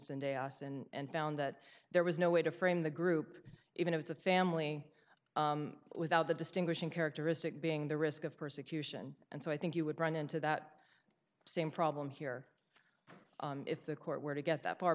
sunday os and found that there was no way to frame the group even if it's a family without the distinguishing characteristic being the risk of persecution and so i think you would run into that same problem here if the court were to get that far